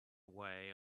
way